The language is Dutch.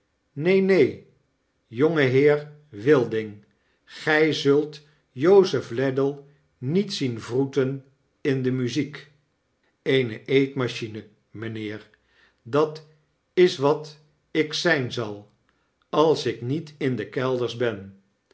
neen neen jongeheer wilding gy zult jozef ladle niet zien wroeten in de muziek eene eetmachine mynheer dat is wat ik zyn zal als ik niet in de kelders ben